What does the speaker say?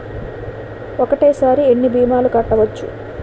ఒక్కటేసరి ఎన్ని భీమాలు కట్టవచ్చు?